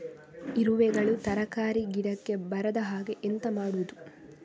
ಇರುವೆಗಳು ತರಕಾರಿ ಗಿಡಕ್ಕೆ ಬರದ ಹಾಗೆ ಎಂತ ಮಾಡುದು?